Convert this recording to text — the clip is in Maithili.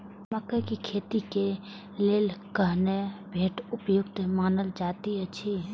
मकैय के खेती के लेल केहन मैट उपयुक्त मानल जाति अछि?